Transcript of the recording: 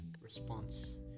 response